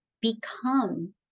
become